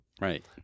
Right